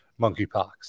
monkeypox